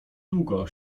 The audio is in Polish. długo